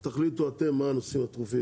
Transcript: אתם תחליטו מהם הנושאים הדחופים,